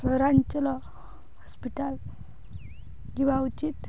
ସହରାଞ୍ଚଳ ହସ୍ପିଟାଲ କିବା ଉଚିତ